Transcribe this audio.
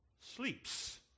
Sleeps